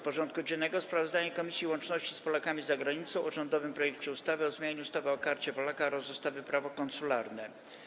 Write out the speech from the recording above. porządku dziennego: Sprawozdanie Komisji Łączności z Polakami za Granicą o rządowym projekcie ustawy o zmianie ustawy o Karcie Polaka oraz ustawy Prawo konsularne.